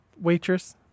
waitress